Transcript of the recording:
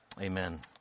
amen